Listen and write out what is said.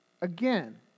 Again